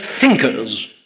thinkers